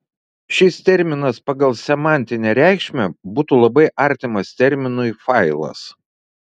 šis terminas pagal semantinę reikšmę būtų labai artimas terminui failas